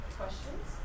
questions